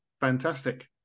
Fantastic